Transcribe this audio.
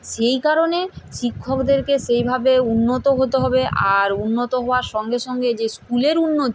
সেই কারণে শিক্ষকদেরকে সেইভাবে উন্নত হতে হবে আর উন্নত হওয়ার সঙ্গে সঙ্গে যে স্কুলের উন্নতি